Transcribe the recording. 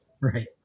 Right